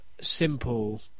simple